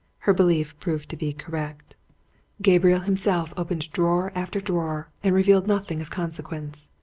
her belief proved to be correct gabriel himself opened drawer after drawer, and revealed nothing of consequence.